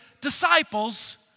disciples